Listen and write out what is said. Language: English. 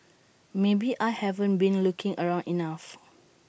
maybe I haven't been looking around enough